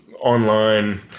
online